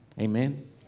Amen